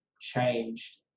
changed